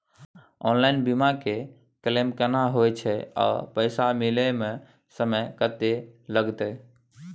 Online बीमा के claim केना होय छै आ पैसा मिले म समय केत्ते लगतै?